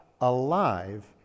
alive